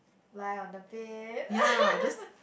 lie on the bed